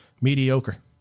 mediocre